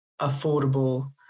affordable